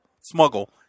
smuggle